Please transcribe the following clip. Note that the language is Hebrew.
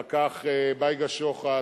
אחר כך בייגה שוחט,